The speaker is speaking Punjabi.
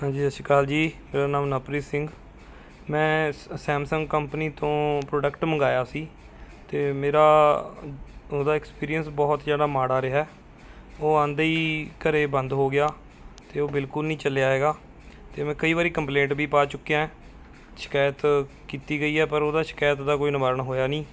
ਹਾਂਜੀ ਸਤਿ ਸ਼੍ਰੀ ਅਕਾਲ ਜੀ ਮੇਰਾ ਨਾਮ ਨਵਪ੍ਰੀਤ ਸਿੰਘ ਮੈਂ ਸ ਸੈਮਸੰਗ ਕੰਪਨੀ ਤੋਂ ਪ੍ਰੋਡਕਟ ਮੰਗਵਾਇਆ ਸੀ ਅਤੇ ਮੇਰਾ ਉਹਦਾ ਐਕਸਪੀਰੀਅੰਸ ਬਹੁਤ ਜ਼ਿਆਦਾ ਮਾੜਾ ਰਿਹਾ ਉਹ ਆਉਂਦੇ ਹੀ ਘਰੇ ਬੰਦ ਹੋ ਗਿਆ ਅਤੇ ਉਹ ਬਿਲਕੁਲ ਨਹੀਂ ਚੱਲਿਆ ਹੈਗਾ ਅਤੇ ਮੈਂ ਕਈ ਵਾਰੀ ਕੰਪਲੇਂਟ ਵੀ ਪਾ ਚੁੱਕਿਆ ਸ਼ਿਕਾਇਤ ਕੀਤੀ ਗਈ ਹੈ ਪਰ ਉਹਦਾ ਸ਼ਿਕਾਇਤ ਦਾ ਕੋਈ ਨਿਵਾਰਨ ਹੋਇਆ ਨਹੀਂ